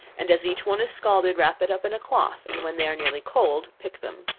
and as each one is scalded, wrap it up in a cloth, and when they are nearly cold, pick them.